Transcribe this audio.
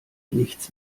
nichts